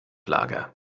lager